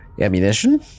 ammunition